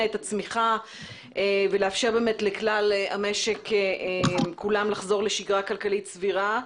את הצמיחה ולאפשר לכלל המשק לחזור לשגרה כלכלית סבירה.